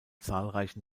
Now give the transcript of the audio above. zahlreichen